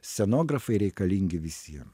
scenografai reikalingi visiem